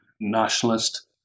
nationalist